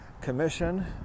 commission